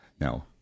No